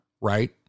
right